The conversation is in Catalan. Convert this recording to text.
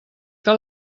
que